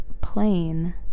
plain